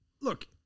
Look